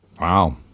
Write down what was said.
Wow